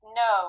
no